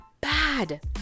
bad